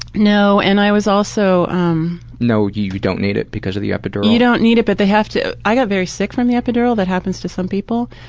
no, and i was also um no, you you don't need it because of the epidural? you don't need it but they have to, i got very sick from the epidural. that happens to some people.